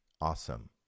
Awesome